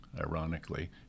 ironically